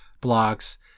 blocks